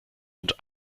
und